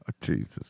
Jesus